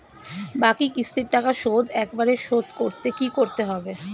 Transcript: বাকি কিস্তির টাকা শোধ একবারে শোধ করতে কি করতে হবে?